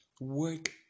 work